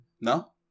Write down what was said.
no